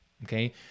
Okay